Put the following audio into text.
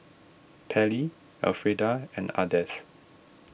Pairlee Elfreda and Ardeth